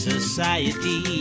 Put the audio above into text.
Society